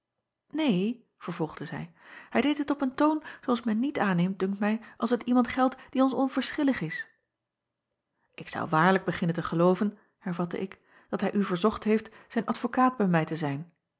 een vervolgde zij hij deed het op een toon zoo als men niet aanneemt dunkt mij als het iemand geldt die ons onverschillig is k zou waarlijk beginnen te gelooven hervatte ik dat hij u verzocht heeft zijn advokaat bij mij te zijn